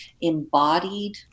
embodied